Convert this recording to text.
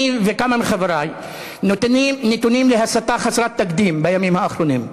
אני וכמה מחברי נתונים להסתה חסרת תקדים בימים האחרונים.